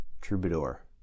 troubadour